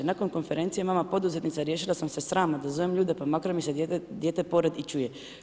Nakon konferencije mama poduzetnica riješila sam se sram da zovem ljude, pa makar mi se dijete i pored i čuje.